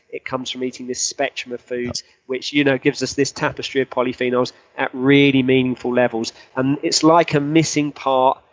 it comes from eating this spectrum of foods which you know gives us this tapestry of polyphenols at really meaningful levels. and it's like a missing part,